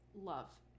Love